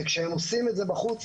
וכשהם עושים את זה בחוץ,